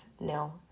no